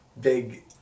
big